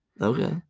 Okay